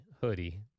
hoodie